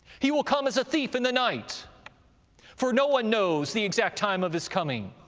he will come as a thief in the night for no one knows the exact time of his coming.